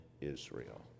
israel